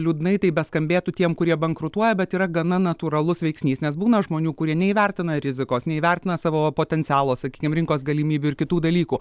liūdnai tai beskambėtų tiem kurie bankrutuoja bet yra gana natūralus veiksnys nes būna žmonių kurie neįvertina rizikos neįvertina savo potencialo sakykim rinkos galimybių ir kitų dalykų